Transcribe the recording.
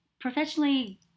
professionally